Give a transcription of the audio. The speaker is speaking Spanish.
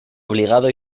obligado